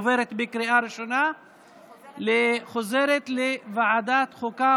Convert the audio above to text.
עוברת בקריאה ראשונה וחוזרת לוועדת החוקה,